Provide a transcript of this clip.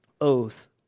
oath